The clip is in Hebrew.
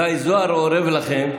גיא זוהר אורב לכם,